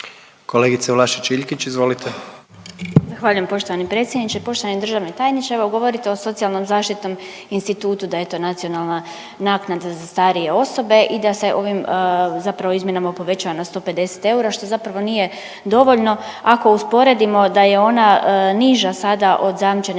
izvolite. **Vlašić Iljkić, Martina (SDP)** Zahvaljujem poštovani predsjedniče. Poštovani državni tajniče evo govorite o socijalnom zaštitnom institutu da je to nacionalna naknada za starije osobe i da se ovim zapravo izmjenama povećava na 150 eura, što zapravo nije dovoljno ako usporedimo da je ona niža sada od zajamčene